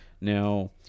Now